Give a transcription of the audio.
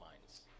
minds